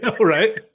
right